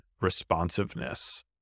responsiveness